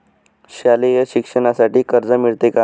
शालेय शिक्षणासाठी कर्ज मिळते का?